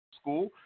school